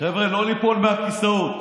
חבר'ה, לא ליפול מהכיסאות: